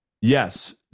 Yes